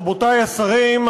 רבותי השרים,